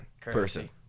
person